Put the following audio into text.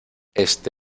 este